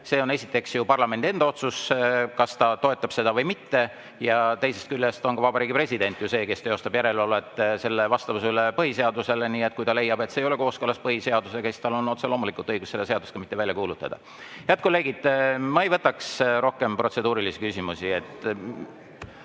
on esiteks ju parlamendi enda otsus – ta kas toetab seda või mitte. Ja teisest küljest on ka Vabariigi President ju see, kes teostab järelevalvet selle vastavuse üle põhiseadusele. Nii et kui ta leiab, et see ei ole põhiseadusega kooskõlas, siis on tal otse loomulikult õigus seda seadust ka mitte välja kuulutada. Head kolleegid! Ma ei võtaks rohkem protseduurilisi küsimusi.